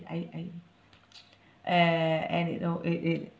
I I uh and you know it it